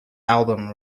album